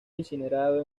incinerado